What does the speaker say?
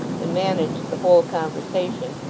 and managed the whole conversation,